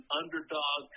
underdog